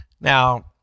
Now